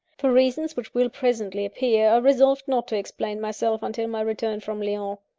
for reasons which will presently appear, i resolved not to explain myself until my return from lyons.